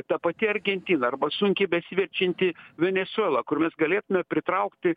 ta pati argentina arba sunkiai besiverčianti venesuela kur mes galėtume pritraukti